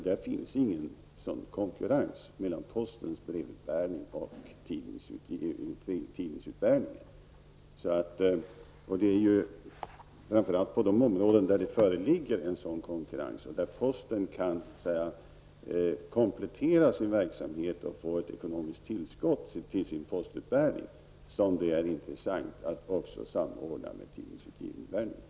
Någon sådan konkurrens mellan postens brevutbärning och tidningsutbärningen finns inte. Framför allt i de områden där det förekommer sådan konkurrens kan posten komplettera sin brevutbärningsverksamhet och därigenom få ett ekonomiskt tillskott. I sådana områden kan det vara intressant att få till stånd en samordning med tidningsutbärningen.